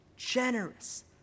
Generous